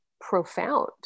profound